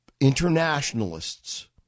internationalists